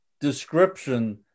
description